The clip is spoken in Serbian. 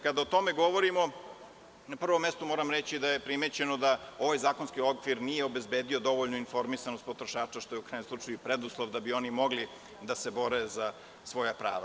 Kada o tome govorimo, na prvom mestu moram reći da je primećeno da ovaj zakonski okvir nije obezbedio dovoljnu informisanost potrošača, što je u krajnjem slučaju i preduslov da bi oni mogli da se bore za svoja prava.